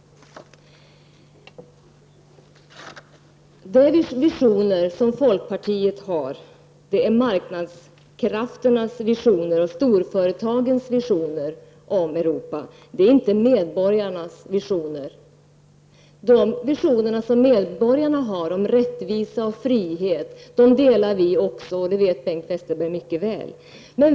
De visioner som folkpartiet har är marknadskrafternas och storföretagens visioner om Europa. Det är inte medborgarnas visioner. De visioner som medborgarna har om rättvisa och frihet delar vi också, vilket Bengt Westerberg vet mycket väl.